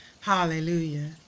Hallelujah